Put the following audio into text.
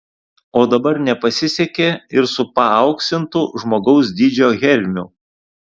o dabar nepasisekė ir su paauksintu žmogaus dydžio hermiu